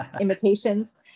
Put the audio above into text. imitations